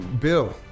Bill